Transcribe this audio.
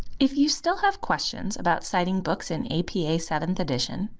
if you still have questions about citing books in apa seventh edition,